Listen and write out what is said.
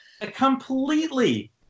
Completely